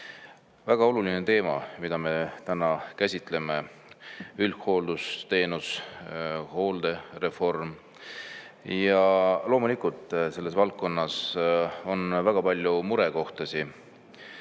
Väga oluline teema, mida me täna käsitleme: üldhooldusteenus, hooldereform. Jah, loomulikult on selles valdkonnas väga palju murekohti.